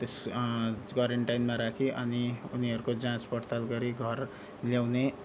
त्यस क्वारेन्टाइनमा राखी अनि उनीहरूको जाँच पडताल गरी घर ल्याउने